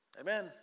Amen